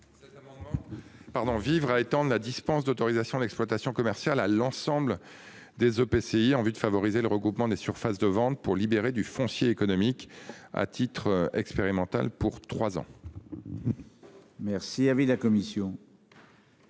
Vivre à étendre la dispense d'autorisation d'exploitation commerciale à l'ensemble des EPCI en vue de favoriser le regroupement des surfaces de vente pour libérer du foncier économique à titre expérimental pour 3 ans. Merci avait la commission.